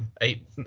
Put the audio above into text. eight